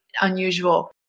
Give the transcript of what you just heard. unusual